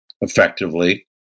effectively